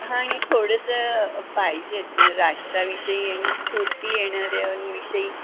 हां आणि थोडंसं पाहिजेच राष्ट्राविषयी आणि स्फूर्ती येणाऱ्यांविषयी